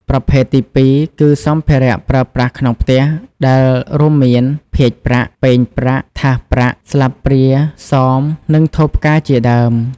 ប្រភេទទីពីរគឺ សម្ភារៈប្រើប្រាស់ក្នុងផ្ទះ ដែលរួមមាន ភាជន៍ប្រាក់ ពែងប្រាក់ ថាសប្រាក់ ស្លាបព្រា សម និងថូផ្កាជាដើម។